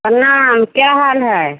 प्रणाम क्या हाल है